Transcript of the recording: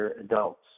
adults